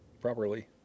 properly